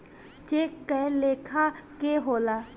check कए लेखा के होला